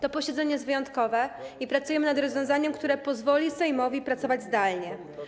To posiedzenie jest wyjątkowe i pracujemy nad rozwiązaniem, które pozwoli Sejmowi pracować zdalnie.